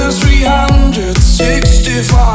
365